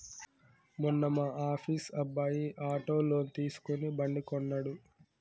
మొన్న మా ఆఫీస్ అబ్బాయి ఆటో లోన్ తీసుకుని బండి కొన్నడు